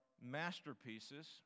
masterpieces